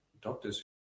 doctors